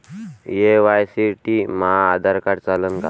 KYC साठी माह्य Aadhaar card चालन का?